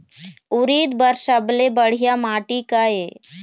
उरीद बर सबले बढ़िया माटी का ये?